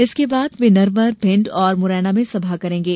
इसके बाद वे नरवर भिण्ड और मुरैना में सभा करेंगे